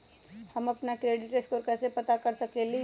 हम अपन credit score कैसे पता कर सकेली?